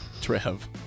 Trev